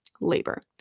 labor